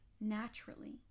naturally